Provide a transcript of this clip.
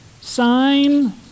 sign